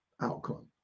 outcome